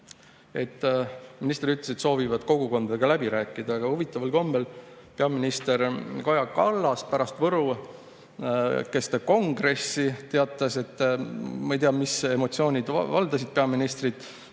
Pevkur. Minister ütles, et nad soovivad kogukondadega läbi rääkida, aga huvitaval kombel peaminister Kaja Kallas pärast võrokeste kongressi teatas – ma ei tea, mis emotsioonid valdasid peaministrit,